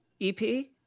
EP